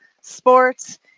sports